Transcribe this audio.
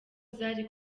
zari